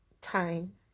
time